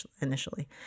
initially